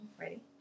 ready